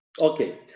Okay